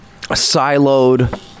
siloed